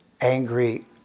angry